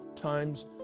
times